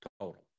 total